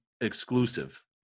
exclusive